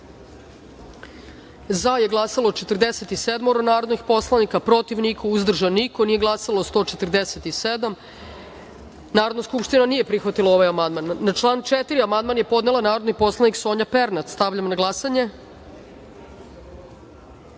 za je glasalo – 41 narodni poslanik, protiv – niko, uzdržan – niko, nije glasalo – 155.Narodna skupština nije prihvatila ovaj amandman. Na član 5. amandman je podnela narodni poslanik Natalija Stojmenović. Stavljam na glasanje